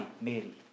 Mary